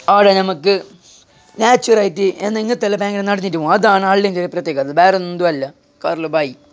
അവിടെ നമുക്ക് നാച്ചുറായിട്ട് എന്തെങ്കി ഇങ്ങനത്തെയെല്ലാം ഭയങ്കര നടന്നിട്ട് പോകാം അതാണ് അള്ളീന്റെയൊരു പ്രത്യേകത ബേറൊന്തുമല്ല കാറിൽ ബൈ